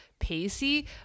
Pacey